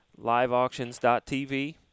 liveauctions.tv